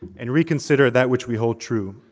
and reconsider that, which we hold true,